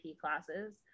classes